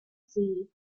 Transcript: seed